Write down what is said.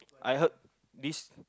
I heard this